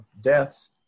deaths